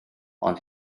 ond